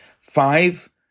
five